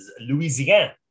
Louisiana